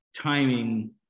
timing